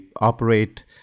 operate